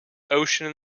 ocean